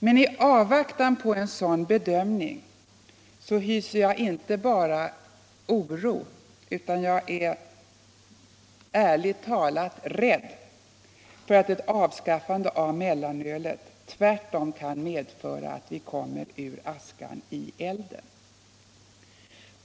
Men i avvaktan på en sådan bedömning hyser jag inte bara oro utan ärligt talat rädsla för att ett avskaffande av mellanölet tvärtom kan medföra att vi kommer ur askan i elden.